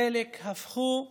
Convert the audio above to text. חלק הפכו למוזיאונים,